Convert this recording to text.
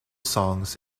songs